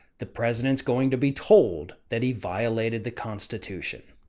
the president's going to be told that he violated the constitution.